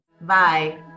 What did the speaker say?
Bye